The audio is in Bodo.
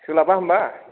सोलाबा होनबा